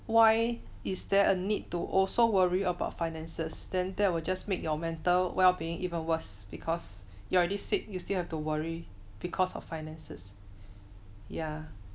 why is there a need to also worry about finances than that were just make your mental well being even worse because you're already sick you still have to worry because of finances yeah